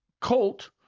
Colt